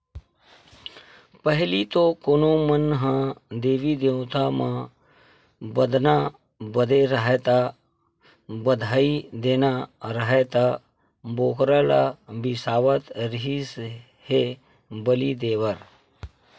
पहिली तो कोनो मन ह देवी देवता म बदना बदे राहय ता, बधई देना राहय त बोकरा ल बिसावत रिहिस हे बली देय बर